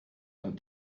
einen